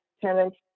tenants